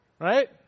Right